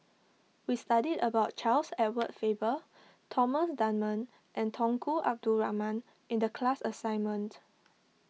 we studied about Charles Edward Faber Thomas Dunman and Tunku Abdul Rahman in the class assignment